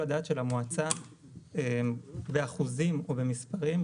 הגעת של המועצה באחוזים או במספרים,